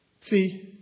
See